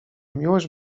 miłość